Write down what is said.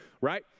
right